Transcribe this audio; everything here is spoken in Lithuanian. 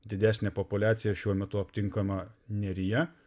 didesnė populiacija šiuo metu aptinkama neryje